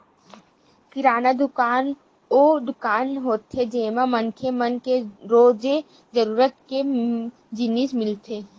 किराना दुकान वो दुकान होथे जेमा मनखे मन के रोजे जरूरत के जिनिस मिलथे